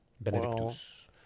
Benedictus